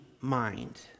mind